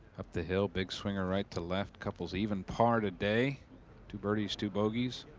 up the hill. big swing. a right to left couples even parted day two. birdies two bogeys.